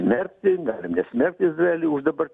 smerkti galim nesmerkti izraelį už dabar